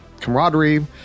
camaraderie